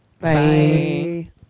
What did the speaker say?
Bye